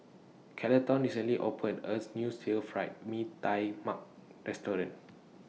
Carleton recently opened as New Stir Fry Mee Tai Mak Restaurant